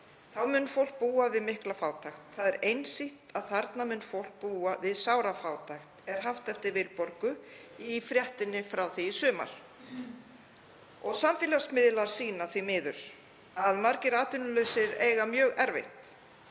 Þá mun fólk búa við mikla fátækt. Það er einsýnt að þarna mun fólk búa við sárafátækt, er haft eftir Vilborgu í fréttinni frá því í sumar. Samfélagsmiðlar sýna því miður að margir atvinnulausir eiga mjög erfitt.